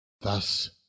Thus